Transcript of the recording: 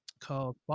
called